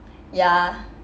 ya